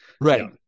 Right